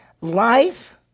Life